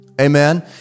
Amen